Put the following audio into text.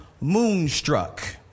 moonstruck